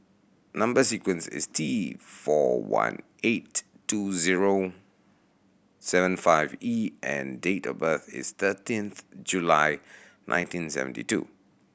number sequence is T four one eight two zero seven five E and date of birth is thirteenth July nineteen seventy two